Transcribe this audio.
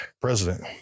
president